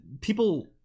people